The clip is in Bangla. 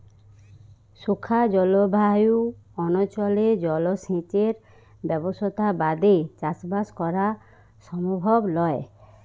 শুখা জলভায়ু অনচলে জলসেঁচের ব্যবসথা বাদে চাসবাস করা সমভব লয়